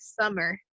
summer